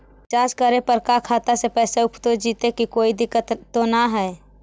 Recharge करे पर का खाता से पैसा उपयुक्त जितै तो कोई दिक्कत तो ना है?